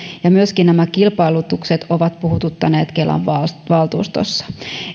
ja myöskin nämä kilpailutukset ovat puhututtaneet kelan valtuustossa